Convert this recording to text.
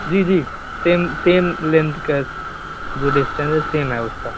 जी जी same same length का जो डिस्टेंस है सेम है उसका